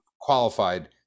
qualified